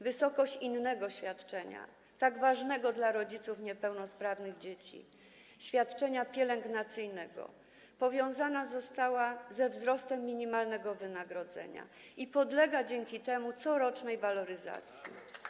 Wysokość innego świadczenia, ważnego dla rodziców niepełnosprawnych dzieci, świadczenia pielęgnacyjnego powiązana została ze wzrostem minimalnego wynagrodzenia i dzięki temu podlega corocznej waloryzacji.